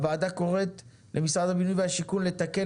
הוועדה קוראת למשרד הבינוי והשיכון לתקן